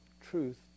truth